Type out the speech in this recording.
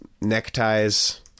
neckties